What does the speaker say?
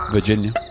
Virginia